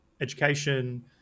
education